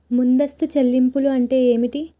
ముందస్తు చెల్లింపులు అంటే ఏమిటి?